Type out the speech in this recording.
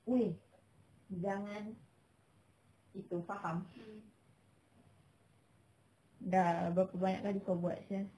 !oi! jangan itu faham dah berapa banyak kali kau buat sia